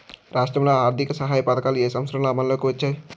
రాష్ట్రంలో ఆర్థిక సహాయ పథకాలు ఏ సంవత్సరంలో అమల్లోకి వచ్చాయి?